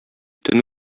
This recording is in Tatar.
төн